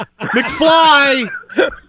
McFly